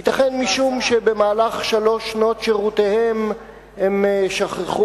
ייתכן שמשום שבמהלך שלוש שנות שירותם הם שכחו